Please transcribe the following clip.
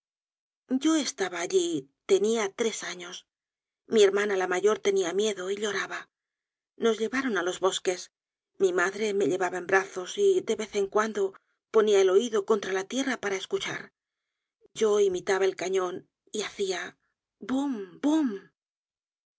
yo estaba allí tenia tres años mi hermana la mayor tenia miedo y lloraba nos llevaron á los bosques mi madre me llevaba en brazos y de vez en cuando ponia el oido contra la tierra para escuchar yo imitaba el cañon y hacia bum btim